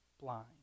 blind